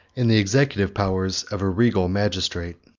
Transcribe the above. and the executive powers of a regal magistrate.